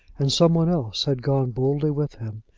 and some one else had gone boldly with him,